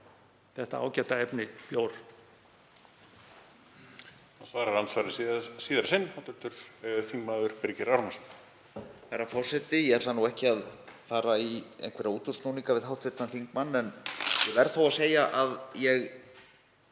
þetta ágæta efni, bjór.